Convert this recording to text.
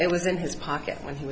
it was in his pocket when he